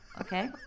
Okay